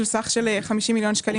25 מיליון שקלים